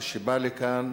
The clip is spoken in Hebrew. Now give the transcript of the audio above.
כשבא לכאן,